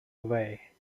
away